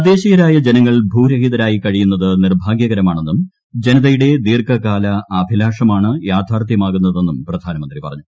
തദ്ദേശീയരായ ജനങ്ങൾ ഭൂരഹിതരായി കഴിയുന്നത് നിർഭാഗ്യകരമാണെന്നും ജനതയുടെ ദീർഘകാല അഭിലാഷമാണ് യാഥാർത്ഥ്യ മാകുന്നതെന്നും പ്രധാനമന്ത്രി പറഞ്ഞു